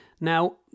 Now